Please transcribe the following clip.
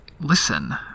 Listen